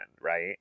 right